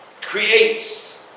creates